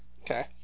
Okay